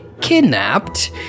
kidnapped